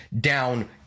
down